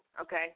okay